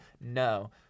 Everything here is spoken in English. no